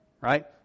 Right